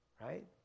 right